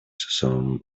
song